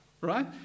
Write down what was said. right